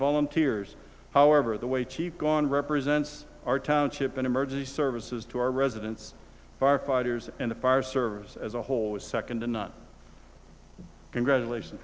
volunteers however the way cheap gone represents our township and emergency services to our residents firefighters and the fire service as a whole is second to none congratulations